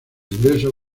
ingreso